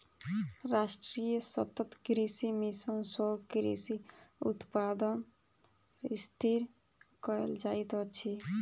राष्ट्रीय सतत कृषि मिशन सँ कृषि उत्पादन स्थिर कयल जाइत अछि